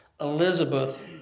Elizabeth